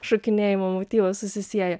šokinėjimo motyvas susisieja